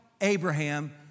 Abraham